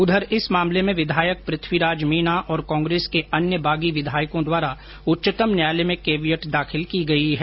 इधर इस मामले में विधायक पृथ्वीराज मीणा तथा कांग्रेस के अन्य बागी विधायकों द्वारा उच्चतम न्यायालय में केवीएट दाखिल की गई है